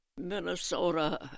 Minnesota